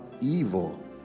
evil